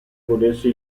godersi